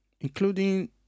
including